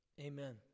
amen